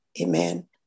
Amen